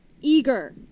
eager